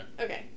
Okay